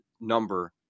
number